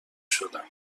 شدم